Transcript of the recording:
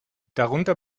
darunter